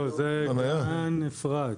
לא, זה גן אפרת.